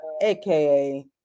aka